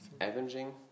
avenging